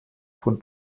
von